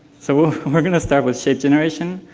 so we're going to start with shape generation,